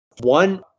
one